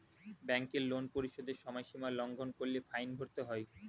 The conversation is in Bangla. ব্যাংকের লোন পরিশোধের সময়সীমা লঙ্ঘন করলে ফাইন ভরতে হয়